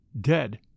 dead